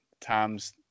times